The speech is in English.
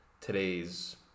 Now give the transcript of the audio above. today's